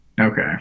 Okay